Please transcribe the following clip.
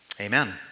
amen